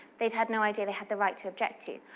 they'd had no idea they had the right to object to.